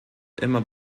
immer